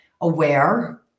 aware